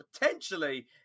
Potentially